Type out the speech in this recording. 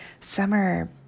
Summer